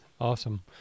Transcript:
Awesome